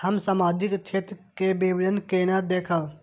हम सामाजिक क्षेत्र के विवरण केना देखब?